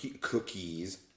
Cookies